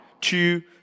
two